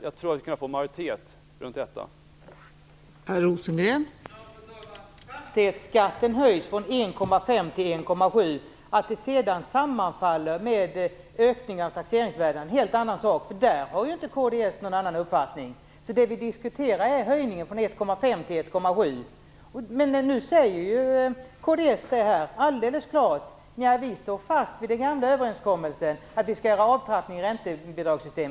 Jag tror att vi skall kunna få till stånd en majoritet på denna punkt.